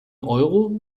euro